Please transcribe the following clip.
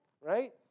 right